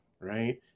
right